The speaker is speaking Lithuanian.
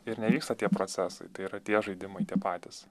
ir nevyksta tie procesai tai yra tie žaidimai tie patys